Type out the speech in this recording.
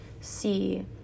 see